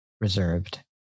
reserved